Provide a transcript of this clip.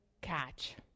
catch